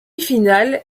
finale